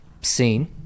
seen